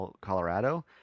Colorado